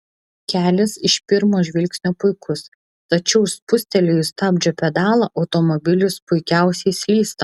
kelias iš pirmo žvilgsnio puikus tačiau spustelėjus stabdžio pedalą automobilis puikiausiai slysta